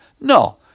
No